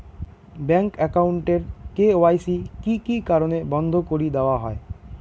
Bank account এর KYC কি কি কারণে বন্ধ করি দেওয়া হয়?